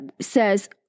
says